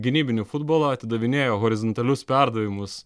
gynybinį futbolą atidavinėjo horizontalius perdavimus